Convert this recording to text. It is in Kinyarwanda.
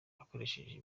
akoresheje